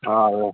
हजुर